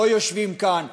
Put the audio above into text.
שלא יושבים כאן,